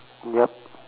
yup